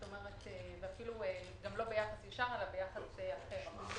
וגם לא ביחס ישר אלא ביחס אחר.